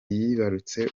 yibarutse